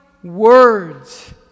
Words